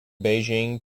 beijing